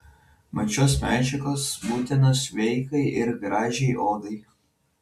mat šios medžiagos būtinos sveikai ir gražiai odai